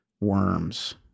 worms